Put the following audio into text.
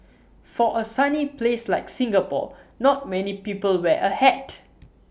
for A sunny place like Singapore not many people wear A hat